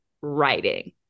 writing